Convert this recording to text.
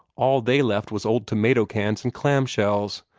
all they left was old tomato cans and clamshells.